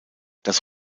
das